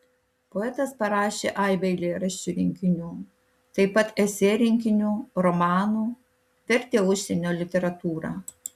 poetas parašė aibę eilėraščių rinkinių taip pat esė rinkinių romanų vertė užsienio literatūrą